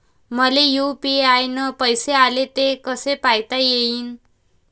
मले यू.पी.आय न पैसे आले, ते कसे पायता येईन?